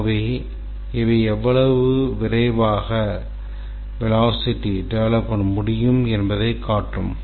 ஆகவே இவை எவ்வளவு விரைவாக டெவெலப்மென்ட் முடியும் என்பதை காட்டும்